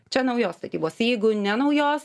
čia naujos statybos jeigu ne naujos